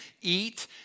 eat